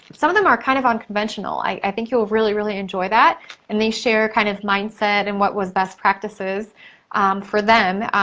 some of them are kind of unconventional. i think you'll really, really, enjoy that. and they share kind of mind set and what was best practices for them.